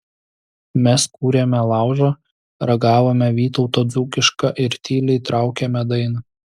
mes kūrėme laužą ragavome vytauto dzūkišką ir tyliai traukėme dainą